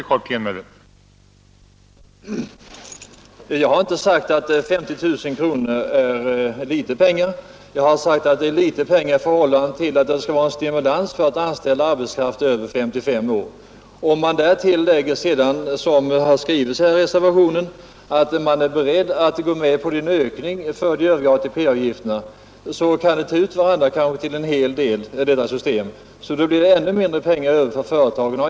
Herr talman! Jag har inte sagt att 50 000 kronor är litet pengar, jag har sagt att det är litet pengar i förhållande till att det skall vara en stimulans till att anställa arbetskraft över 55 år. Om vi därtill lägger, som det har skrivits i reservationen, att man är beredd att gå med på en ökning av de övriga ATP-avgifterna, kan åtgärderna komma att ta ut varandra till större delen, så att det blir ännu mindre pengar över för företagen.